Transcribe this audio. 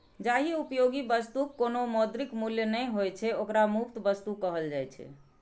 जाहि उपयोगी वस्तुक कोनो मौद्रिक मूल्य नहि होइ छै, ओकरा मुफ्त वस्तु कहल जाइ छै